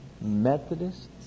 Methodists